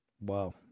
Wow